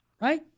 Right